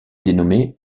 dénommé